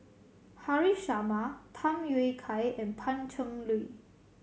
Haresh Sharma Tham Yui Kai and Pan Cheng Lui